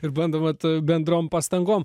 ir bandoma bendrom pastangom